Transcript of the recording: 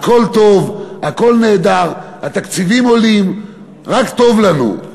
הכול טוב, הכול נהדר, התקציבים עולים, רק טוב לנו.